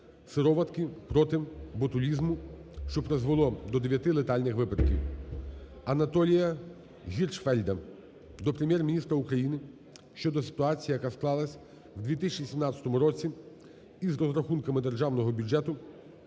сироватки проти ботулізму, що призвело до дев'яти летальних випадків. Анатолія Гіршфельда до Прем'єр-міністра України щодо ситуації, яка склалася в 2017 році із розрахунками Державного бюджету